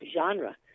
genre